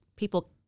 People